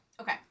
Okay